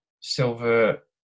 Silver